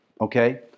Okay